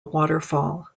waterfall